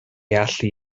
allu